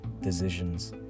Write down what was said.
decisions